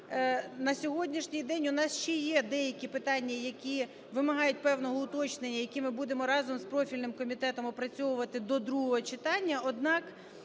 на сьогоднішній день у нас ще є деякі питання, які вимагають певного уточнення, які ми будемо разом з профільним комітетом опрацьовувати до другого читання.